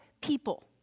people